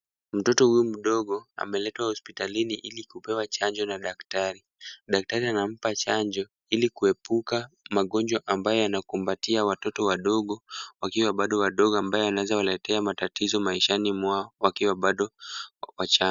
Mtoto huyu mdogo ameletwa hospitalini ili kupewa chanjo na daktari. Daktari anampa chanjo ili kuepuka magonjwa ambayo yanakumbatia watoto wadogo wakiwa bado wadogo ambayo yanaweza waletea matatizo maishani mwao wakiwa bado wachanga.